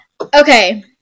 Okay